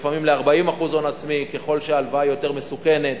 לפעמים ל-40% הון עצמי, ככל שההלוואה יותר מסוכנת,